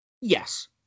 Yes